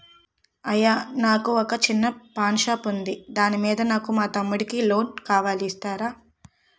అయ్యా నాకు వొక చిన్న పాన్ షాప్ ఉంది దాని మీద నాకు మా తమ్ముడి కి లోన్ కావాలి ఇస్తారా?